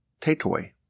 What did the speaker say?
takeaway